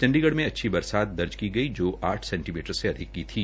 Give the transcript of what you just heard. चंडीगढ़ में अच्छी बरसात की गई जो आठ सेंटीमीटश्र से अधिक की थी